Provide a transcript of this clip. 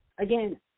Again